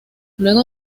luego